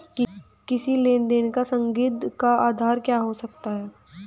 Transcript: किसी लेन देन का संदिग्ध का आधार क्या हो सकता है?